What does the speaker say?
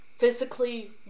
physically